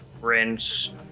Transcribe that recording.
rinse